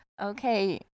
Okay